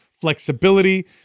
flexibility